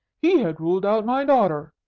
he had ruled out my daughter.